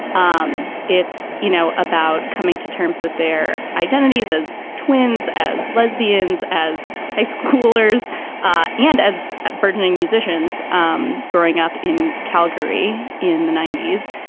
um it's you know about coming to terms with their identities as twins as lesbians as high schoolers ah and as burgeoning musicians um growing up in calgary in the ninety s.